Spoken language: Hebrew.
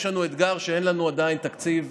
יש לנו אתגר שאין לנו עדיין תקציב,